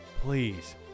Please